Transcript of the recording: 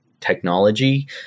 technology